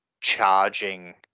charging